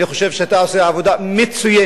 אני חושב שאתה עושה עבודה מצוינת.